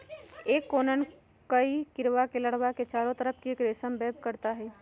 एक कोकून कई कीडड़ा के लार्वा के चारो तरफ़ एक रेशम वेब काता हई